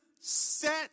set